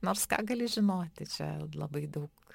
nors ką gali žinoti čia labai daug